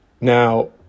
Now